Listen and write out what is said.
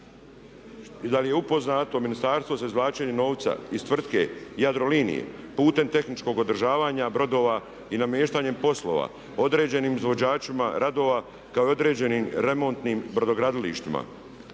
da li je upoznato ministarstvo sa izvlačenjem novca iz tvrtke Jadrolinije putem tehničkog održavanja brodova i namještanjem poslova određenim izvođačima radova kao i određenim remontnim brodogradilištima?